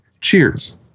Cheers